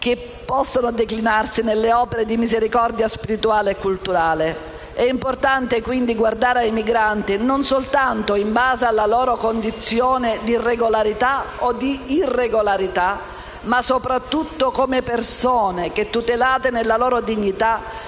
che possono declinarsi «nelle opere di misericordia spirituale e culturale». Ha aggiunto che è importante, quindi, «guardare ai migranti non soltanto in base alla loro condizione di regolarità o irregolarità ma, soprattutto, come persone che, tutelate nella loro dignità,